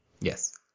Yes